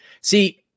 See